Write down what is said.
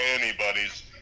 anybody's